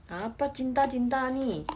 apa cinta cinta ni